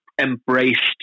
embraced